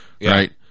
right